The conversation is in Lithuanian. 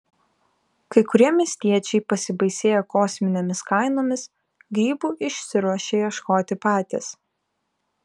kai kurie miestiečiai pasibaisėję kosminėmis kainomis grybų išsiruošia ieškoti patys